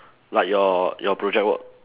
like your your project work